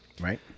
Right